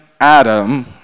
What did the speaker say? Adam